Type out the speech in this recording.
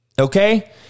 okay